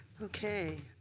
okay.